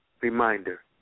reminder